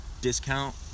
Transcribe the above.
discount